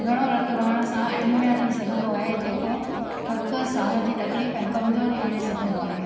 घणो रतु वहण सां एनीमिया थी सघंदो आहे जेको थकु साह जी तकलीफ़ ऐं कमज़ोरी आणे सघंदो आहे